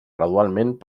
gradualment